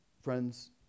Friends